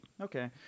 Okay